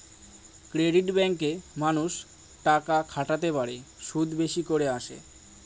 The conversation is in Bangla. ক্রেডিট ব্যাঙ্কে মানুষ টাকা খাটাতে পারে, সুদ বেশি করে আসে